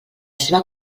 seva